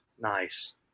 nice